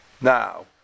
Now